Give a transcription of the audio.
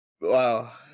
Wow